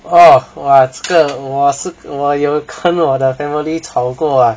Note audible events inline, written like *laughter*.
oh !wah! 这个我是我有跟我的 family 掏过 *laughs*